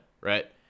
right